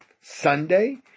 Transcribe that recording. Sunday